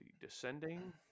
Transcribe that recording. Descending